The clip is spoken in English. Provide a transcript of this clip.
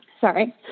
Sorry